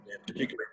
particularly